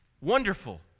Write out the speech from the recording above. Wonderful